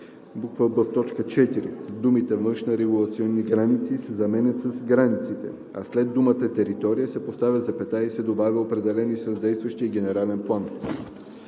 б) в т. 4 думите „външните регулационни граници“ се заменят с „границите“, а след думата „територия“ се поставя запетая и се добавя „определени с действащия генерален план“.